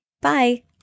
bye